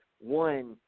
One